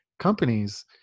companies